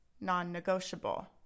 non-negotiable